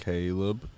Caleb